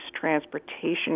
transportation